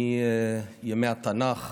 מימי התנ"ך